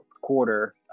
quarter